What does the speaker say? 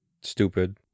stupid